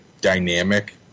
dynamic